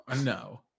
No